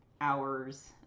hours